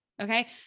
Okay